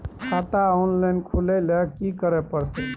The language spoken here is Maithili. खाता ऑनलाइन खुले ल की करे परतै?